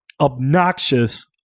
obnoxious